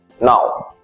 Now